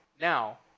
Now